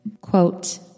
Quote